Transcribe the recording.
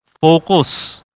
Focus